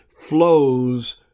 flows